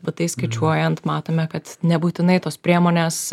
va tai skaičiuojant matome kad nebūtinai tos priemonės